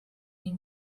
and